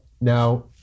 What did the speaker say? Now